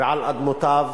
ועל אדמותיו